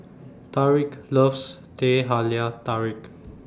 Tarik loves Teh Halia Tarik